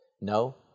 No